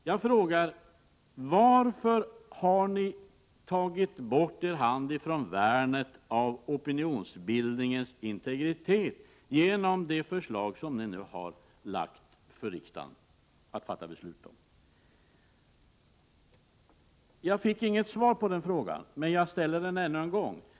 Jag frågar: Varför har ni tagit bort er hand ifrån värnet om opinionsbildningens integritet genom den lag som ni nu föreslagit riksdagen att fatta beslut om? Jag fick inget svar på den frågan, men jag ställer den ännu en gång.